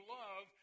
love